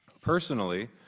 Personally